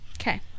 Okay